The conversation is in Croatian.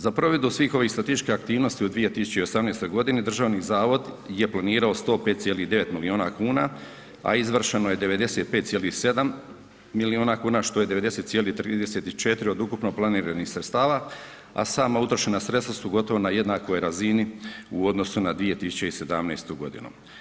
Za provedbu svih ovih statističkih aktivnosti u 2018. godini Državni zavod je planirao 105,9 miliona kuna, a izvršeno je 95,7 miliona kuna što je 90,34 od ukupno planiranih sredstava, a sama utrošena sredstva su gotovo na jednakoj razini u odnosu na 2017. godinu.